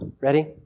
Ready